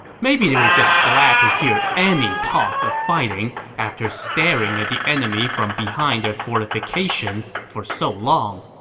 maybe they were just glad to hear any talk of fighting after staring at the enemy from behind their fortifications for so long.